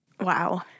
Wow